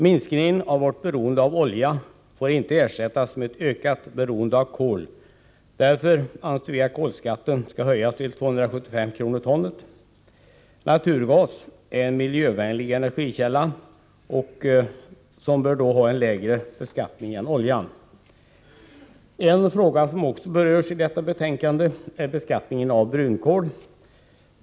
Minskningen av vårt beroende av olja får inte avlösas av ett ökat beroende av kol. Jag anser därför att kolskatten skall höjas till 275 kr. per ton. Naturgas är en miljövänlig energikälla, som bör ha en lägre beskattning än olja. En fråga som också berörs i detta betänkande är beskattningen av brunkol.